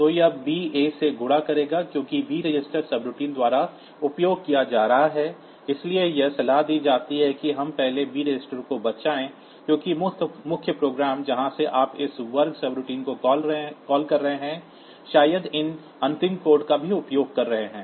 तो यह B A से गुणा करेगा क्योंकि B रजिस्टर्ड सबरूटीन द्वारा उपयोग किया जा रहा है इसलिए यह सलाह दी जाती है कि हम पहले B रजिस्टर को बचाएं क्योंकि मुख्य प्रोग्राम जहां से आप इस वर्ग सबरूटीन को कॉल कर रहे हैं शायद इन अंतिम कोड का भी उपयोग कर रहे हैं